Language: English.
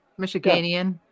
Michiganian